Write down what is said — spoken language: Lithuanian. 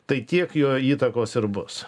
tai tiek jo įtakos ir bus